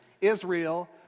Israel